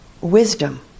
wisdom